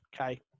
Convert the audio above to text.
Okay